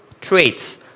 traits